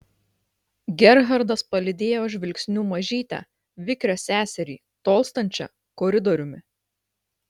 gerhardas palydėjo žvilgsniu mažytę vikrią seserį tolstančią koridoriumi